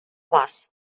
вас